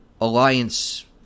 alliance